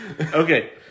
Okay